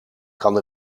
kan